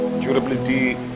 Durability